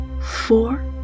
four